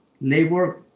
labor